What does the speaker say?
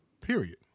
Period